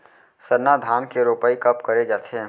सरना धान के रोपाई कब करे जाथे?